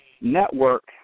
network